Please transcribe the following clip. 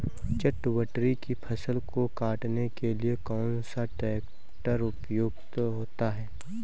चटवटरी की फसल को काटने के लिए कौन सा ट्रैक्टर उपयुक्त होता है?